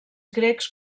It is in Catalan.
grecs